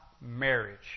marriage